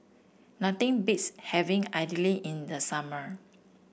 nothing beats having idly in the summer